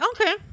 Okay